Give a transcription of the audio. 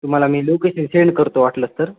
तुमाला मी location send करतो वाटलं तर